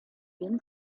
been